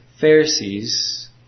Pharisees